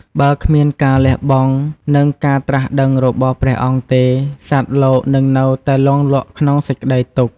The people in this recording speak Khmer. បើគ្មានការលះបង់ និងការត្រាស់ដឹងរបស់ព្រះអង្គទេ សត្វលោកនឹងនៅតែលង់លក់ក្នុងសេចក្តីទុក្ខ។